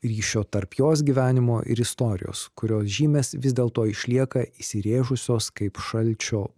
ryšio tarp jos gyvenimo ir istorijos kurios žymės vis dėlto išlieka įsirėžusios kaip šalčio